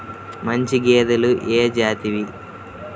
మంచి గేదెలు ఏ జాతివి?